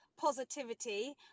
positivity